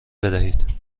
بدهید